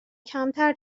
کمتر